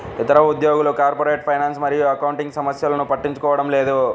ఇతర ఉద్యోగులు corporate finance మరియు అకౌంటింగ్ సమస్యలను పట్టించుకోవడం లేదు